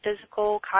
physical